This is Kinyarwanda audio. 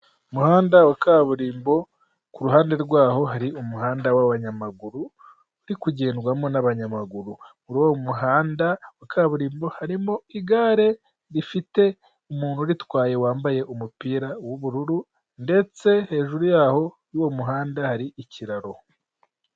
Umuhanda wa kaburimbo ku ruhande rwaho hari umuhanda w'abanyamaguru uri kugendwamo n'abanyamaguru, muri uwo muhanda wa kaburimbo harimo igare rifite umuntu uritwaye wambaye umupira w'ubururu ndetse hejuru yaho y'uwo muhanda hari ikiraro.